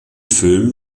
film